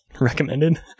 recommended